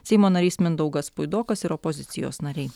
seimo narys mindaugas puidokas ir opozicijos nariai